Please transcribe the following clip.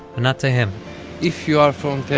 and not to him if you are from um